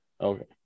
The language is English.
Okay